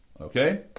okay